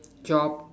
job